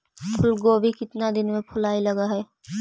फुलगोभी केतना दिन में फुलाइ लग है?